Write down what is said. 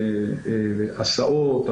הסעות,